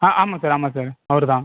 ஆ ஆமாம் சார் ஆமாம் சார் அவர் தான்